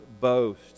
boast